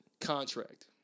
contract